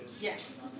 Yes